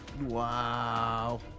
Wow